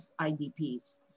IDPs